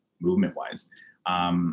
movement-wise